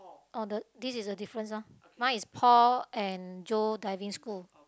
oh the this is the difference ah mine is Paul and Joe Diving School